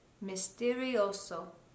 misterioso